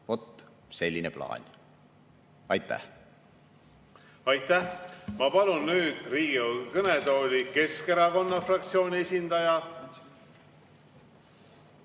Vot selline plaan! Aitäh! Ma palun nüüd Riigikogu kõnetooli Keskerakonna fraktsiooni esindaja